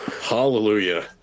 Hallelujah